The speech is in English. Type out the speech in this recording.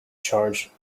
charge